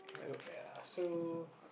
ya so